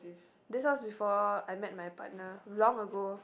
this was before I met my partner long ago